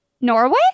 norway